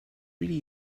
really